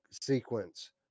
sequence